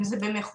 אם זה במכורים,